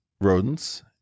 rodents